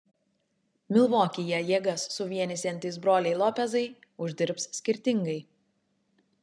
milvokyje jėgas suvienysiantys broliai lopezai uždirbs skirtingai